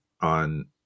on